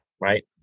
right